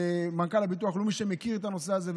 מנכ"ל הביטוח הלאומי שמכיר את הנושא הזה,